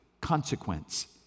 consequence